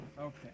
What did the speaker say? Okay